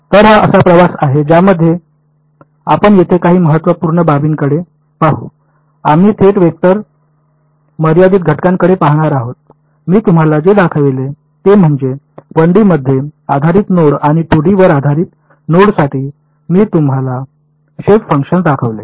तर हा असा प्रवाह आहे ज्यामध्ये आपण येथे काही महत्त्वपूर्ण बाबींकडे पाहू आम्ही थेट वेक्टर मर्यादित घटकांकडे पाहणार आहोत मी तुम्हाला जे दाखविले ते म्हणजे 1D मध्ये आधारित नोड आणि 2D वर आधारित नोडसाठी मी तुम्हाला शेप फंक्शन्स दाखवले